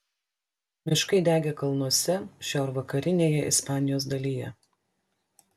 miškai degė kalnuose šiaurvakarinėje ispanijos dalyje